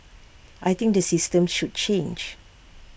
I think the system should change